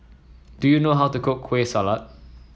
do you know how to cook Kueh Salat